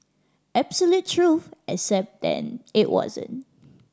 absolute truth except then it wasn't